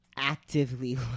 actively